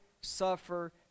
suffer